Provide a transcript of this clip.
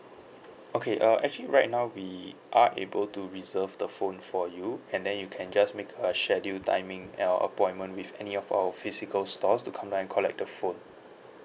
okay uh actually right now we are able to reserve the phone for you and then you can just make a scheduled timing or appointment with any of our physical stores to come down and collect the phone